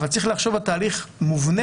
אבל צריך לחשוב על תהליך מובנה.